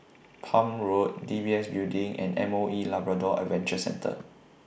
Palm Road D B S Building and M O E Labrador Adventure Centre